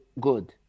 good